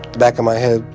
back of my head.